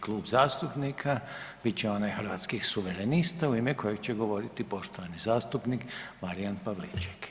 Klub zastupnika bit će onaj Hrvatskih suverenista u ime kojeg će govoriti poštovani zastupnik Marijan Pavliček.